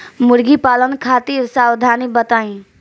मुर्गी पालन खातिर सावधानी बताई?